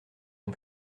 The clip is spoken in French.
ont